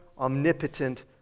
omnipotent